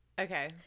Okay